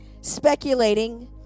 Speculating